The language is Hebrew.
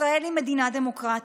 ישראל היא מדינה דמוקרטית.